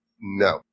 No